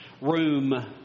room